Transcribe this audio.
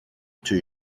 two